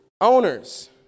Owners